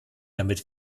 damit